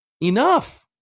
Enough